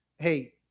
hey